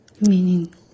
meaning